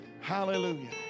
Hallelujah